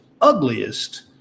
ugliest